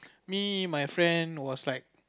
me my friend was like